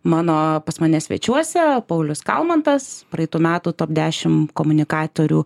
mano pas mane svečiuose paulius kalmantas praeitų metų top dešim komunikatorių